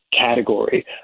category